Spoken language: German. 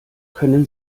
können